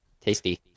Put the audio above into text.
Tasty